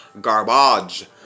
Garbage